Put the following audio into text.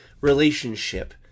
relationship